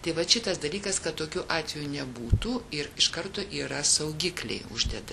tai vat šitas dalykas kad tokių atvejų nebūtų ir iš karto yra saugikliai uždėti